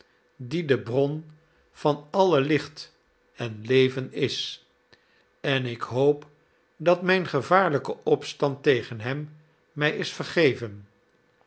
die de bron van alle licht en leven is en ik hoop dat mijn gevaarlijke opstand tegen hem mij is vergeven